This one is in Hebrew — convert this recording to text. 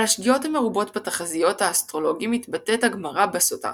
על השגיאות המרובות בתחזיות האסטרולוגים מתבטאת הגמרא בסוטה